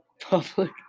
public